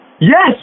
Yes